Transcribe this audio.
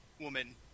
woman